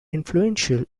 influential